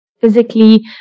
physically